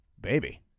baby